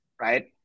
right